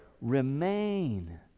Remain